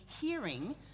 hearing